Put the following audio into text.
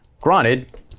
granted